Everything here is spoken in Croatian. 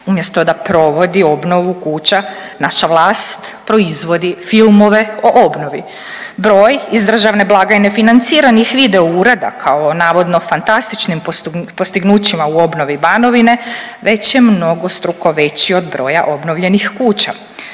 Umjesto da provodi obnovu kuća naša vlast proizvodi filmove o obnovi. Broj iz državne blagajne financiranih video uradaka o navodno fantastičnim postignućima u obnovi Banovine već je mnogostruko veći od broja obnovljenih kuća.